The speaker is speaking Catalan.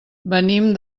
venim